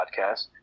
podcast